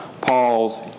Paul's